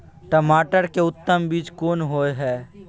टमाटर के उत्तम बीज कोन होय है?